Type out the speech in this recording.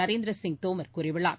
நரேந்திரசிங் தோமர் கூறியுள்ளார்